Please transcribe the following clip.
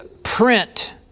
print